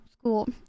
school